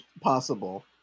possible